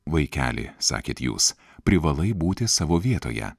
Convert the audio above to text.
vaikeli sakėt jūs privalai būti savo vietoje